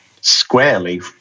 squarely